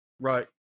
Right